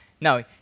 Now